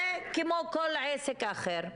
וכמו כל עסק אחר.